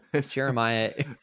Jeremiah